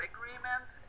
Agreement